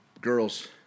girls